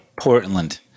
Portland